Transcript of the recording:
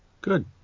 Good